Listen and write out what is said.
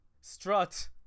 strut